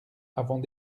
avons